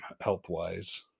health-wise